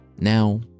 Now